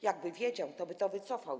Jakby wiedział, toby to wycofał.